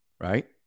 right